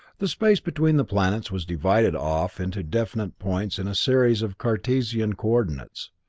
the space between the planets was divided off into definite points in a series of cartesian co-ordinates,